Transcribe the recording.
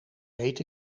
weet